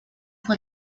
fue